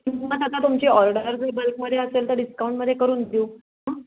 मग आता तुमची ऑर्डर जर बल्कमध्ये असेल तर डिस्काउंटमध्ये करून देऊ हां